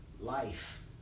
life